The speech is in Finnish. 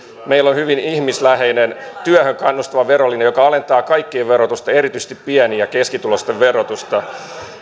meillä on hyvin ihmisläheinen työhön kannustava verolinja joka alentaa kaikkien verotusta erityisesti pieni ja keskituloisten verotusta